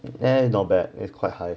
eh not bad it's quite high